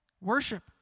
Worship